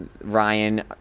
Ryan